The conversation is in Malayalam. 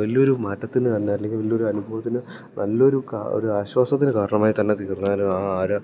വലിയൊരു മാറ്റത്തിനു തന്നെ അല്ലെങ്കിൽ വലിയൊരു അനുഭവത്തിന് നല്ലൊരു ഒരു ആശ്വാസത്തിന് കാരണമായിത്തന്നെ തീരുന്നു ആ ആരാ